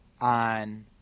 on